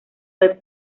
del